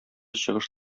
чыгыш